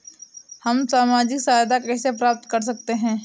हम सामाजिक सहायता कैसे प्राप्त कर सकते हैं?